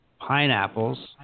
Pineapples